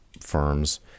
firms